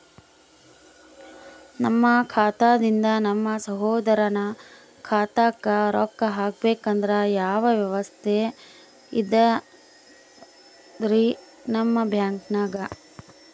ನಮ್ಮ ಖಾತಾದಿಂದ ನಮ್ಮ ಸಹೋದರನ ಖಾತಾಕ್ಕಾ ರೊಕ್ಕಾ ಹಾಕ್ಬೇಕಂದ್ರ ಯಾವ ವ್ಯವಸ್ಥೆ ಇದರೀ ನಿಮ್ಮ ಬ್ಯಾಂಕ್ನಾಗ?